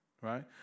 right